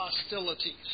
hostilities